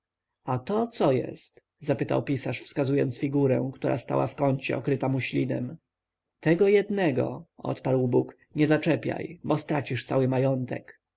a to co jest zapytał pisarz wskazując na figurę która stała w kącie okryta muślinem tego jednego odparł bóg nie zaczepiaj bo stracisz cały majątek